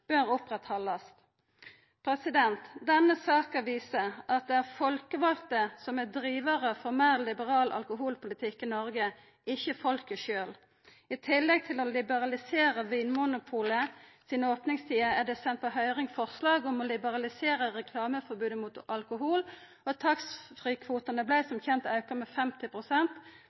bør oppretthaldast. Denne saka viser at det er folkevalde som er drivarar for ein meir liberal alkoholpolitikk i Noreg, ikkje folket sjølv. I tillegg til å liberalisera Vinmonopolet sine opningstider er det sendt på høyring eit forslag om å liberalisera reklameforbodet mot alkohol, og taxfreekvotane vart som kjent auka med